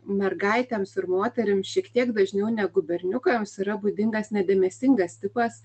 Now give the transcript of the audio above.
mergaitėms ir moterims šiek tiek dažniau negu berniukams yra būdingas nedėmesingas tipas